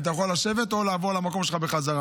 אם אתה יכול לשבת או לעבור למקום שלך בחזרה,